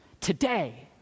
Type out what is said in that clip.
today